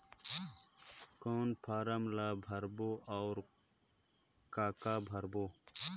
कौन फारम ला भरो और काका भरो?